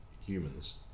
humans